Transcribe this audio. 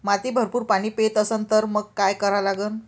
माती भरपूर पाणी पेत असन तर मंग काय करा लागन?